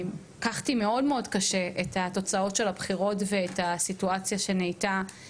לקחתי מאוד מאוד קשה את התוצאות של הבחירות ואת הסיטואציה שנהייתה.